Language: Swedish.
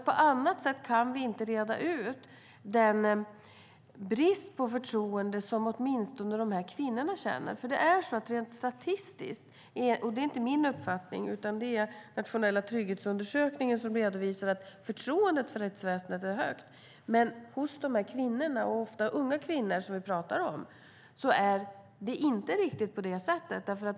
På annat sätt kan vi inte komma till rätta med den brist på förtroende som de drabbade kvinnorna känner. Rent statistiskt - det är inte min uppfattning, utan jag har hämtat uppgiften från Nationella trygghetsundersökningen - är förtroendet för rättsväsendet högt. Men hos de kvinnor, ofta unga, som vi pratar är det inte riktigt på det sättet.